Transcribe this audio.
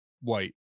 white